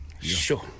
Sure